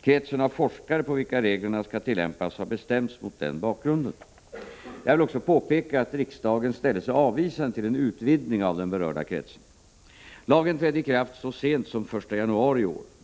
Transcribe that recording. Kretsen av forskare på vilka reglerna skall tillämpas har bestämts mot denna bakgrund. Jag vill också påpeka att riksdagen ställde sig avvisande till en utvidgning av den berörda kretsen. Lagen trädde i kraft så sent som den 1 januari i år.